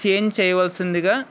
change చేయవలసిందిగా